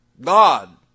God